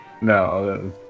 No